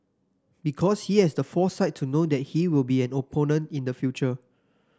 because he has the foresight to know that he will be an opponent in the future